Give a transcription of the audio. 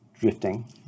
Drifting